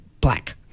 black